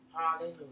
Hallelujah